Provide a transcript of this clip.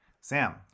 Sam